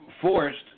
forced